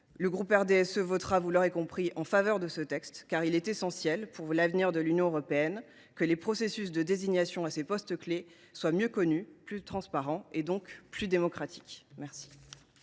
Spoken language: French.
le groupe du RDSE votera ce texte, car il est essentiel pour l’avenir de l’Union européenne que les processus de désignation à ces postes clés soient mieux connus, plus transparents, et donc plus démocratiques. La